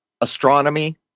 astronomy